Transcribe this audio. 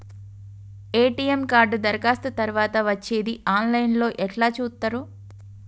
ATM card దరఖాస్తు తరువాత వచ్చేది ఆన్ లైన్ లో ఎట్ల చూత్తరు?